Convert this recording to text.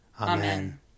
Amen